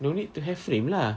no need to have frame lah